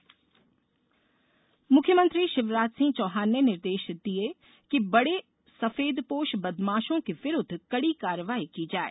कानून व्यवस्था समीक्षा मुख्यमंत्री शिवराज सिंह चौहान ने निर्देश दिये कि बड़े सफेदपोश बदमाशों के विरूद्व कड़ी कार्यवाही की जाये